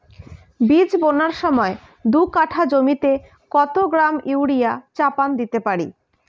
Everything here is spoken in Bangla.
বীজ বোনার সময় দু কাঠা জমিতে কত গ্রাম ইউরিয়া চাপান দিতে পারি?